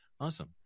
Awesome